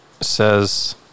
says